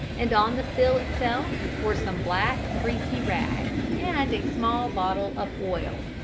and on the sill itself were some black, greasy rags and a small bottle of oil.